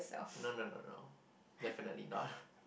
no no no no definitely not